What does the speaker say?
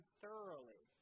thoroughly